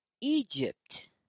Egypt